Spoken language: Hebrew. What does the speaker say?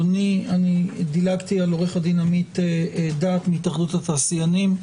עו"ד עמית דת מהתאחדות התעשיינים.